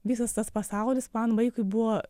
visas tas pasaulis man vaikui buvo